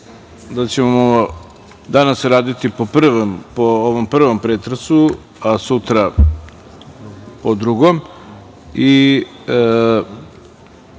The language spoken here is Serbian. da ćemo danas raditi po prvom pretresu, a sutra o drugom